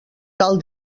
tal